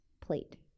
plate